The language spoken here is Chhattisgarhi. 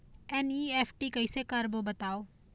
एन.ई.एफ.टी कैसे करबो बताव?